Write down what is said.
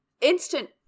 Instant